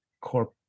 corp